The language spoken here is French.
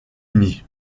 uni